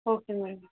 okay madam